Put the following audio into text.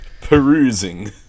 Perusing